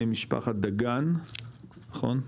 משפחת דגן נכון?